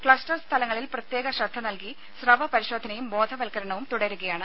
cluster സ്ഥലങ്ങളിൽ പ്രത്യേക ശ്രദ്ധ നൽകി സ്രവപരിശോധനയും ബോധവത്കരണവും തുടരുകയാണ്